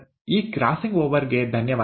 ಈ crossing over ಗೆ ಧನ್ಯವಾದಗಳು